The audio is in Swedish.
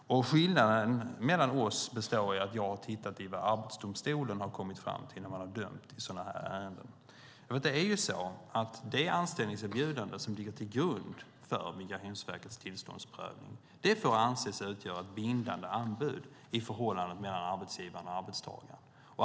Skillnaden mellan oss består i att jag har tittat på vad Arbetsdomstolen har kommit fram till när man har dömt i sådana ärenden. Det anställningserbjudande som ligger till grund för Migrationsverkets tillståndsprövning får anses utgöra ett bindande anbud i förhållandet mellan arbetsgivaren och arbetstagaren.